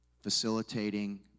facilitating